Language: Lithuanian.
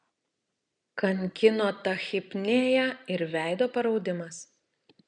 kankino tachipnėja ir veido paraudimas